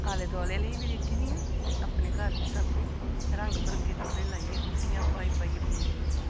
आले दुआले आह्ले बी दित्ती दियां ते अपने घर बी छाबड़ी रंग बरंगे गब्बे लाइयै गुड्डियां पाई पाइयै बुनी दी ऐ